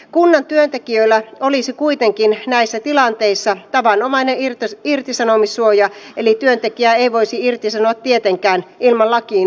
kunnan työntekijöillä olisi kuitenkin näissä tilanteissa tavanomainen irtisanomissuoja eli työntekijää ei voisi irtisanoa tietenkään ilman lakiin perustuvaa syytä